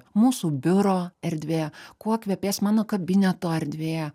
mūsų biuro erdvė kuo kvepės mano kabineto erdvėje